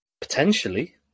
Potentially